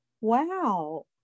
wow